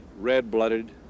red-blooded